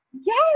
Yes